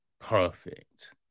perfect